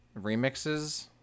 remixes